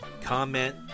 comment